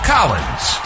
Collins